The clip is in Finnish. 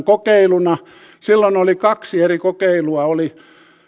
kokeiluna silloin oli kaksi eri kokeilua oli